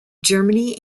germany